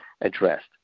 addressed